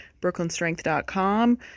BrooklynStrength.com